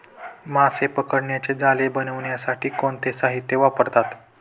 मासे पकडण्याचे जाळे बनवण्यासाठी कोणते साहीत्य वापरतात?